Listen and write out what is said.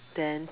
then